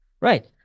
Right